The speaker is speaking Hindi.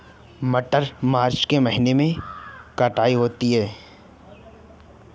मटर मार्च के महीने कटाई होती है?